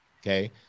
okay